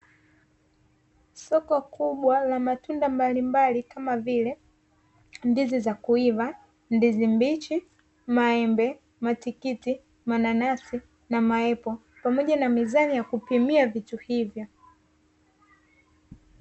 Soko kubwa la matunda mbalimbali kama vile ndizi za kuiva, ndizi mbichi, maembe, matikiti, mananasi na maaple, pamoja na mizani ya kupimia vitu hivyo.